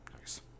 Nice